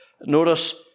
Notice